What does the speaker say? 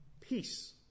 Peace